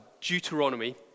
Deuteronomy